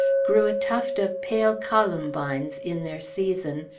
grew a tuft of pale columbines, in their season,